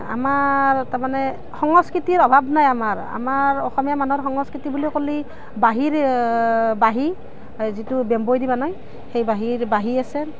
আমাৰ তাৰমানে সংস্কৃতিৰ অভাৱ নাই আমাৰ আমাৰ অসমীয়া মানুহৰ সংস্কৃতি বুলি ক'লে বাঁহীৰ বাঁহী যিটো বেম্ব'ই দি বনায় সেই বাঁহীৰ বাঁহী আছে